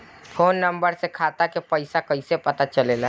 Phone number से खाता के पइसा कईसे पता चलेला?